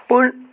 पूण